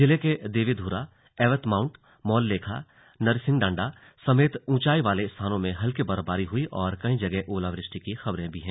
जिले के देवीधुरा एवतमाउंट मौल लेख नरसिंहडाडा समेत ऊंचाई वाले स्थानों में हल्की बर्फबारी हई और कई जगह ओलावृष्टि की भी खबर है